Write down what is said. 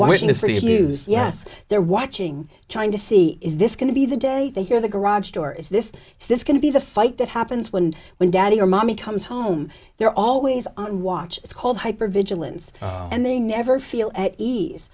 of news yes they're watching trying to see is this going to be the day they hear the garage door is this is this going to be the fight that happens when when daddy or mommy comes home they're always on watch it's called hyper vigilance and they never feel at ease